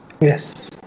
Yes